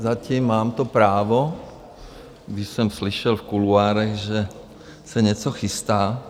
Zatím mám to právo, i když jsem slyšel v kuloárech, že se něco chystá.